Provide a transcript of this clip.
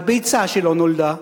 על ביצה שלא נולדה,